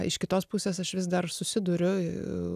iš kitos pusės aš vis dar susiduriu